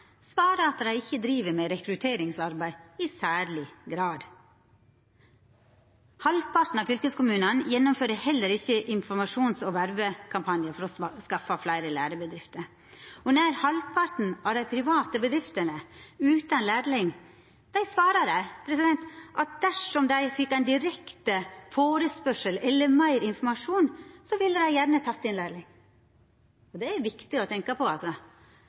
at dei ikkje driv med rekrutteringsarbeid i særleg grad. Halvparten av fylkeskommunane gjennomfører heller ikkje informasjons- og vervekampanjar for å skaffa fleire lærebedrifter, og nær halvparten av dei private bedriftene utan lærling svarar at dersom dei hadde fått ein direkte førespurnad eller meir informasjon, ville dei gjerne teke inn lærling. Det er viktig å tenkja på.